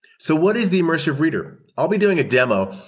so what is the immersive reader? i'll be doing a demo.